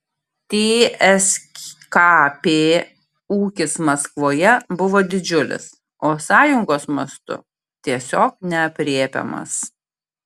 tskp ūkis maskvoje buvo didžiulis o sąjungos mastu tiesiog neaprėpiamas